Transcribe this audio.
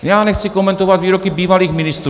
Já nechci komentovat výroky bývalých ministrů.